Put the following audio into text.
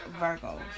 Virgos